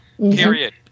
Period